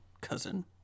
cousin